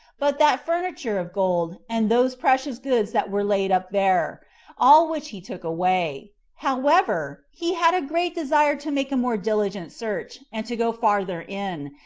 but that furniture of gold, and those precious goods that were laid up there all which he took away. however, he had a great desire to make a more diligent search, and to go farther in,